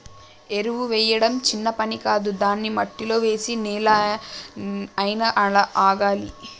ఎరువు చేయడం చిన్న పని కాదు దాన్ని మట్టిలో వేసి నెల అయినా ఆగాలి